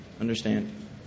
understand